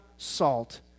salt